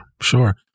Sure